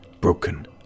broken